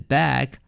back